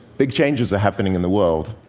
big changes are happening in the world,